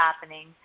happening